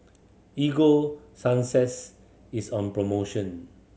Ego Sunsense is on promotion